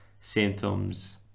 symptoms